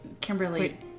Kimberly